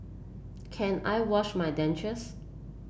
can I wash my dentures